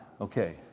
Okay